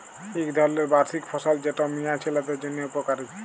ইক ধরলের বার্ষিক ফসল যেট মিয়া ছিলাদের জ্যনহে উপকারি